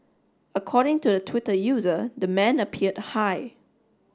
according to the Twitter user the man appeared high